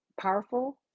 powerful